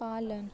पालन